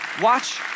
Watch